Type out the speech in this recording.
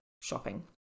shopping